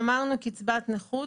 דיברנו על קצבת הנכות,